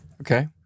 Okay